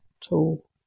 tool